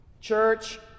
Church